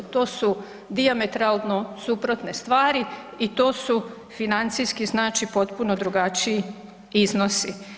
To su dijametralno suprotne stvari i to su financijski znači potpuno drugačiji iznosi.